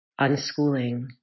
Unschooling